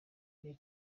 gihe